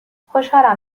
خوشحالم